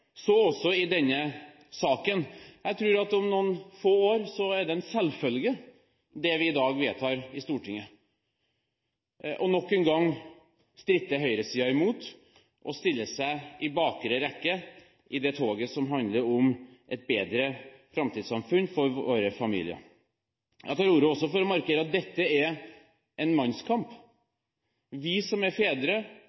så også i denne saken. Jeg tror at om noen få år er det vi i dag vedtar i Stortinget, en selvfølge. Og nok en gang stritter høyresiden imot og stiller seg i bakre rekke i det toget som handler om et bedre framtidssamfunn for våre familier. Jeg tar ordet også for å markere at dette er en mannskamp.